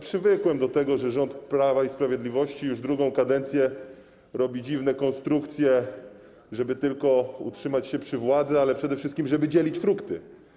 Przywykłem do tego, że rząd Prawa i Sprawiedliwości już drugą kadencję robi dziwne konstrukcje, żeby tylko utrzymać się przy władzy, ale przede wszystkim, żeby dzielić frukty.